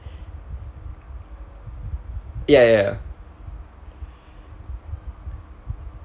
ya ya